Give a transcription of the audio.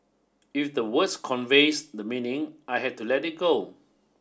if the word conveys the meaning I had to let it go